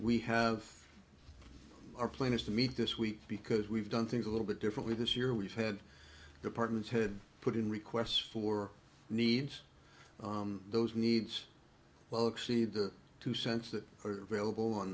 we have our plan is to meet this week because we've done things a little bit differently this year we've had departments had put in requests for needs those needs well exceed the two cents that are available on